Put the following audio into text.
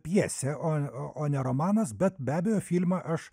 pjesė o ne romanas bet be abejo filmą aš